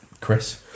Chris